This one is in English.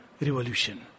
revolution